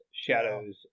Shadows